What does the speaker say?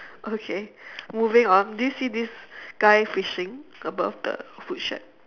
okay moving on do you see this guy fishing above the food shack